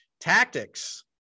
tactics